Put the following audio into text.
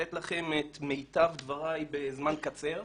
לתת לכם את מיטב דבריי בזמן קצר,